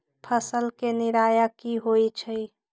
फसल के निराया की होइ छई?